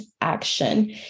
action